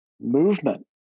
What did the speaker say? movement